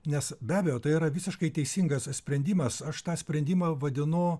nes be abejo tai yra visiškai teisingas sprendimas aš tą sprendimą vadinu